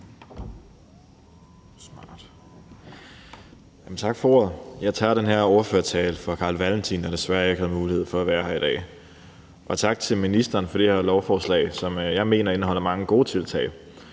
Tak for ordet. Jeg tager den her ordførertale for Carl Valentin, der desværre ikke har mulighed for at være her i dag. Også tak til ministeren for det her lovforslag, som jeg mener indeholder mange gode tiltag.